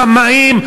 הרמאים,